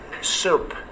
Soup